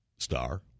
star